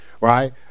right